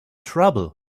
trouble